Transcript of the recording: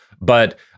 But-